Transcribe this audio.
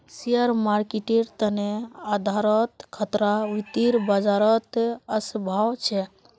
share मार्केटेर तने आधारोत खतरा वित्तीय बाजारत असम्भव छेक